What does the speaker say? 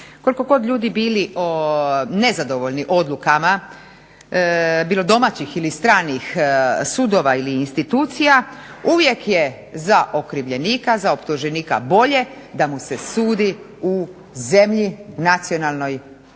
Koliko god ljudi bili nezadovoljni odlukama bilo domaćih ili stranih sudova ili institucija, uvijek je za okrivljenika, za optuženika bolje da mu se sudi u zemlji, nacionalnoj zemlji